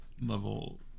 level